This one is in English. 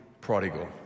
prodigal